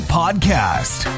podcast